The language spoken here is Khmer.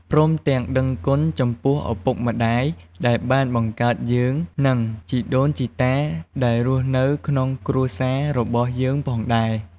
ព្រមទាំងដឹងគុណចំពោះឪពុកម្តាយដែលបានបង្កើតយើងនិងជីដូនជីតាដែលរស់នៅក្នុងគ្រួសាររបស់យើងផងដែរ។